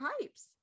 pipes